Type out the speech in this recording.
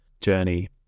journey